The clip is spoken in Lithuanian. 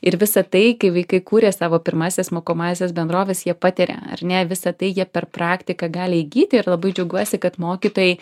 ir visa tai kai vaikai kuria savo pirmąsias mokomąsias bendroves jie patiria ar ne visą tai jie per praktiką gali įgyti ir labai džiaugiuosi kad mokytojai